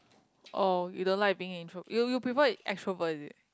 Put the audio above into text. oh you don't like being intro you you prefer extrovert is it